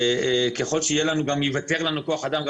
ככל שייוותר לנו כוח אדם,